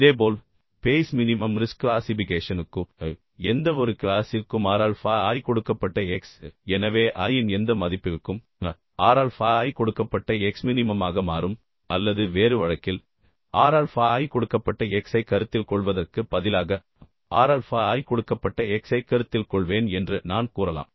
இதேபோல் Bayes minimum risk க்ளாசிபிகேஷனுக்கு எந்தவொரு கிளாசிற்கும் R ஆல்ஃபா i கொடுக்கப்பட்ட x எனவே i இன் எந்த மதிப்பிற்கும் R ஆல்ஃபா i கொடுக்கப்பட்ட x மினிமமாக மாறும் அல்லது வேறு வழக்கில் R ஆல்ஃபா i கொடுக்கப்பட்ட x ஐ கருத்தில் கொள்வதற்கு பதிலாக R ஆல்ஃபா i கொடுக்கப்பட்ட x ஐக் கருத்தில் கொள்வேன் என்று நான் கூறலாம்